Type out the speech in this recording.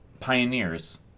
pioneers